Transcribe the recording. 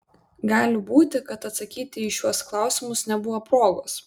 gali būti kad atsakyti į šiuos klausimus nebuvo progos